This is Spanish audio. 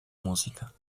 música